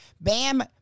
Bam